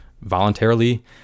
voluntarily